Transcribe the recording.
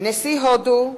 נשיא הודו,